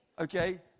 Okay